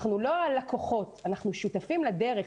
אנחנו לא הלקוחות, אנחנו שותפים לדרך.